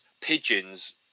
pigeons